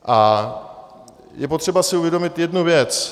A je potřeba si uvědomit jednu věc.